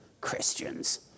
Christians